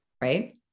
right